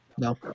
no